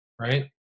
right